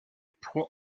pour